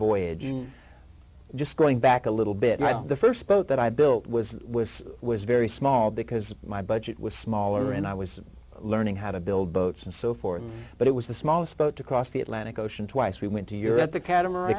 voyage and just going back a little bit the st boat that i built was was was very small because my budget was smaller and i was learning how to build boats and so forth but it was the smallest boat across the atlantic ocean twice we went to europe the cat